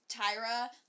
Tyra